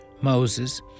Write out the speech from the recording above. Moses